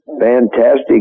Fantastic